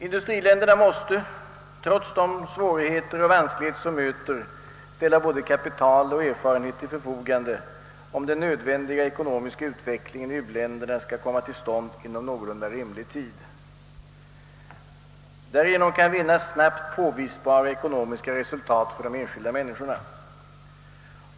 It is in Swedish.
Industriländerna måste, trots de svårigheter och vanskligheter som möter, ställa både kapital och erfarenhet till förfogande, om den nödvändiga ekonomiska utvecklingen i u-länderna skall komma till stånd inom någorlunda rimlig tid. Därigenom kan vinnas snabbt påvisbara ekonomiska resultat för de enskilda människorna.